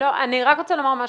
אני רק רוצה לומר משהו,